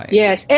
yes